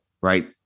right